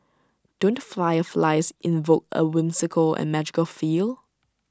don't flyer flies invoke A whimsical and magical feel